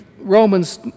Romans